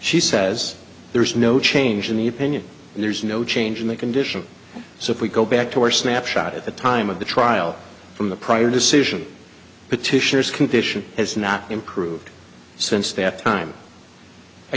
she says there is no change in the opinion and there is no change in the condition so if we go back to our snapshot at the time of the trial from the prior decision petitioners condition has not improved since that time i